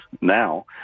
now